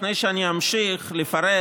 לפני שאני אמשיך לפרט,